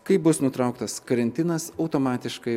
kai bus nutrauktas karantinas automatiškai